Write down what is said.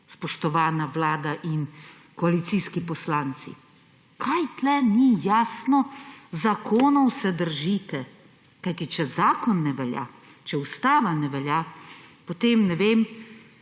spoštovana Vlada in koalicijski poslanci? Kaj tu ni jasno? Zakonov se držite, kajti, če zakon ne velja, če ustava ne velja, potem ne vem,